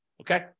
Okay